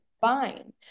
fine